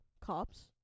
Cops